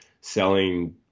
selling